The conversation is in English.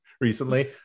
recently